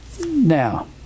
now